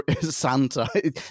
Santa